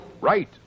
Right